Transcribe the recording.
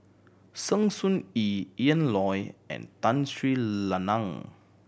Sng Choon Yee Ian Loy and Tun Sri Lanang